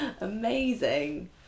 amazing